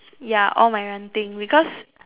ya all my ranting because